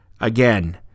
Again